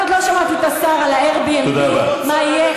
אני עוד לא שמעתי את השר על ה-Airbnb, מה יהיה.